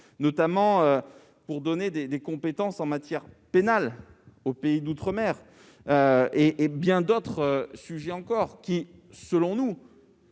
notamment pour donner des compétences en matière pénale aux pays d'outre-mer, parmi bien d'autres évolutions qui, selon nous,